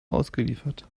ausgeliefert